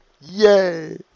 Yay